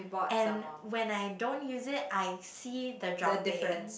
and when I don't use it I see the dropping